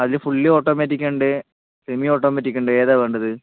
അതിൽ ഫുള്ളി ഓട്ടോമാറ്റിക്കുണ്ട് സെമി ഓട്ടോമാറ്റിക്കുണ്ട് ഏതാണ് വേണ്ടത്